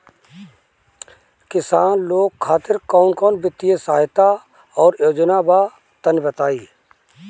किसान लोग खातिर कवन कवन वित्तीय सहायता और योजना बा तनि बताई?